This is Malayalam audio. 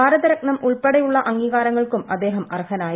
ഭാരതരത്നം ഉൾപ്പെടെയുള്ള അംഗീകാരങ്ങൾക്കും അദ്ദേഹം അർഹനായി